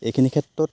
এইখিনি ক্ষেত্ৰত